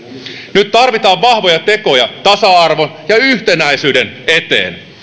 nyt tarvitaan vahvoja tekoja tasa arvon ja yhtenäisyyden eteen